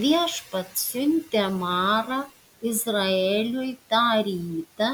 viešpats siuntė marą izraeliui tą rytą